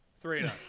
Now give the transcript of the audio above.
Three